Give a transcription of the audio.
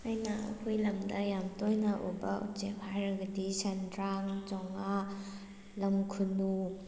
ꯑꯩꯅ ꯑꯩꯈꯣꯏ ꯂꯝꯗ ꯌꯥꯝ ꯇꯣꯏꯅ ꯎꯕ ꯎꯆꯦꯛ ꯍꯥꯏꯔꯒꯗꯤ ꯁꯦꯟꯗ꯭꯭ꯔꯥꯡ ꯆꯣꯉꯥ ꯂꯝꯈꯨꯅꯨ